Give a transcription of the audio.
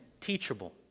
teachable